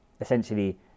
essentially